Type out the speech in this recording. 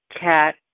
cat